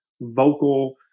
vocal